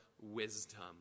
wisdom